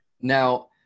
Now